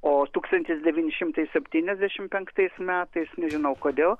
o tūkstantis devyni šimtai septyniasdešimt penktais metais nežinau kodėl